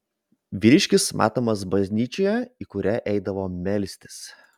vyriškis matomas bažnyčioje į kurią eidavo melstis